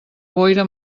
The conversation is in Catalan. boira